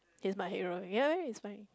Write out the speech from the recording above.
he's my hero you get what I mean it's fine